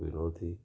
विनोदी